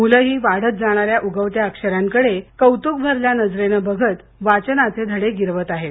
मुलही वाढत जाणाऱ्या उगवत्या अक्षरांकडे कौत्क भरल्या नजरेनं पहात वाचनाचे धडे गिरवताहेत